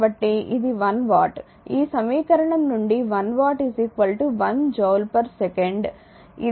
కాబట్టిఇది 1 వాట్ ఈ సమీకరణం నుండి 1 వాట్ 1 జూల్ సెకండ్ ఇది ఒక జూల్ పర్ సెకండ్